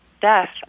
death